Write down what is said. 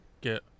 get